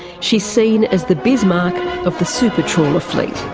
she's seen as the bismarck of the super trawler fleet.